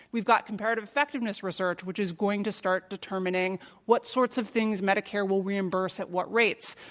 we've got comparative effectiveness research which is going to start determining what sorts of things medicare will reimburse at what rates.